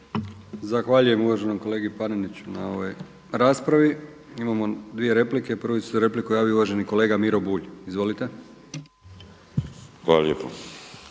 Zahvaljujem uvaženom kolegi Paneniću na ovoj raspravi. Imamo dvije replike. Za prvu repliku se javio uvaženi kolega Miro Bulj. Izvolite. **Bulj,